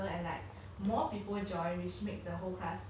ya I bet it's hard when like you first start and then